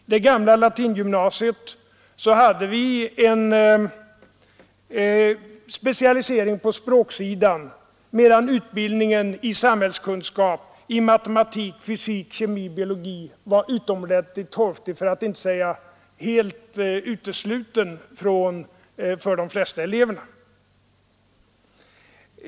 I det gamla latingymnasiet hade vi en specialisering på språksidan, medan utbildningen i samhällskunskap, matematik, fysik, kemi och biologi var utomordentligt torftig, för att inte säga helt utesluten för de flesta eleverna.